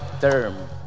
term